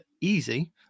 Easy